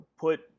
put